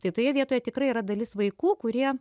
tai toje vietoje tikrai yra dalis vaikų kurie